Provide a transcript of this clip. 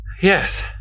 Yes